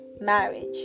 marriage